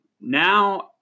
now